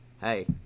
hey